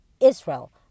Israel